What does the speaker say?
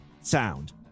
sound